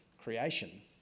creation